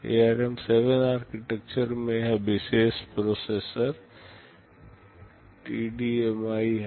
ARM7 architecture में यह एक विशेष प्रोसेसर TDMI है